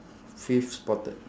fifth spotted